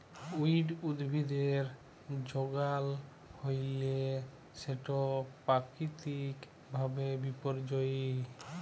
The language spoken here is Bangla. উইড উদ্ভিদের যগাল হ্যইলে সেট পাকিতিক ভাবে বিপর্যয়ী